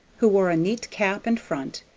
who wore a neat cap and front,